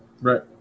Right